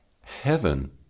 Heaven